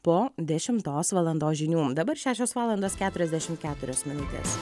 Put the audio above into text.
po dešimtos valandos žinių dabar šešios valandos keturiasdešim keturios minutės